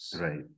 Right